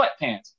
sweatpants